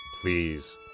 please